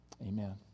Amen